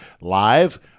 live